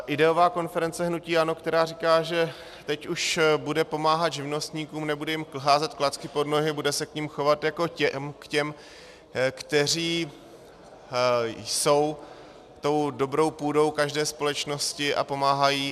Ideová konference hnutí ANO, která říká, že teď už bude pomáhat živnostníkům, nebude jim házet klacky pod nohy, bude se k nim chovat jako k těm, kteří jsou tou dobrou půdou každé společnosti a pomáhají.